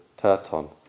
Terton